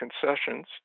concessions